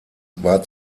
war